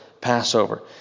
Passover